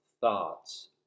thoughts